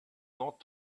not